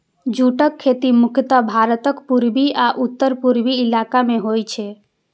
जूटक खेती मुख्यतः भारतक पूर्वी आ उत्तर पूर्वी इलाका मे होइ छै